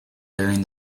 during